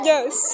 Yes